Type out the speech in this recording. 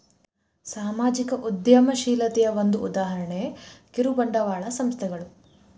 ಸಾಮಾಜಿಕ ಉದ್ಯಮಶೇಲತೆಯ ಒಂದ ಉದಾಹರಣೆ ಕಿರುಬಂಡವಾಳ ಸಂಸ್ಥೆಗಳು